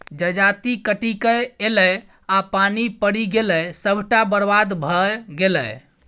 जजाति कटिकए ऐलै आ पानि पड़ि गेलै सभटा बरबाद भए गेलै